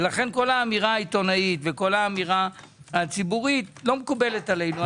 לכן כל האמירה העיתונאית וכל האמירה הציבורית לא מקובלת עלינו.